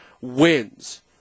wins